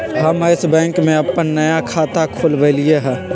हम Yes Bank में अप्पन नया खाता खोलबईलि ह